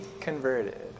converted